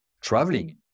traveling